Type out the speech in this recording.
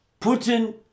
Putin